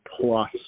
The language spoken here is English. plus